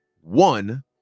one